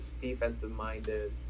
defensive-minded